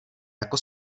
jako